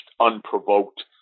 unprovoked